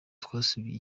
twasubiye